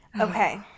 Okay